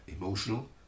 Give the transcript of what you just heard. emotional